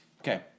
Okay